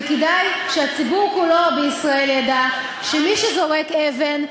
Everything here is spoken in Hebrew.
וכדאי שהציבור בישראל כולו ידע שמי שזורק אבן,